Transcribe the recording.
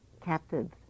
captives